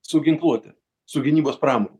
su ginkluote su gynybos pramone